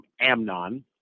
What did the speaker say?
Amnon